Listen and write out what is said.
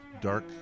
dark